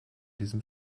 diesem